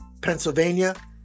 Pennsylvania